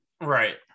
Right